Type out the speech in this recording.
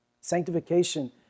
sanctification